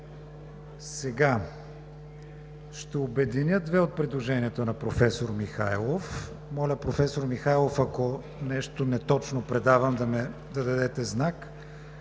Ще обединя две от предложенията на професор Михайлов. Моля, професор Михайлов, ако нещо неточно предавам, да дадете знак.